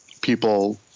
people